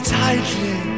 tightly